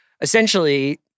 essentially